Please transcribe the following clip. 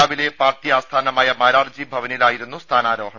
രാവിലെ പാർട്ടി ആസ്ഥാനമായ മാരാർജി ഭവനിലായിരുന്നു സ്ഥാനാരോഹണം